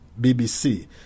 BBC